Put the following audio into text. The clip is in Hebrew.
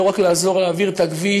היא לא רק לעזור להעביר את הכביש,